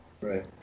Right